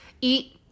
eat